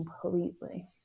completely